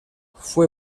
fue